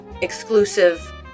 exclusive